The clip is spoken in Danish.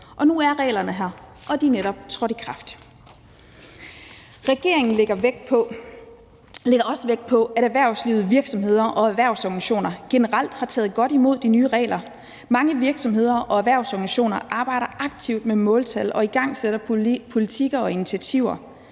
Og nu er reglerne her, og de er netop trådt i kraft. Regeringen lægger også vægt på, at erhvervslivet, virksomheder og erhvervsorganisationer generelt har taget godt imod de nye regler. Mange virksomheder og erhvervsorganisationer arbejder aktivt med måltal og igangsætter politiker og initiativer.